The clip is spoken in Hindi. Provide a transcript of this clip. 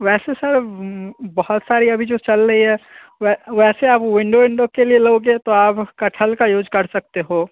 वैसे सर बहुत सारी अभी जो चल रही है वैसे आप विंडो विंडो के लिए लोगे तो आप कटहल का यूज कर सकते हो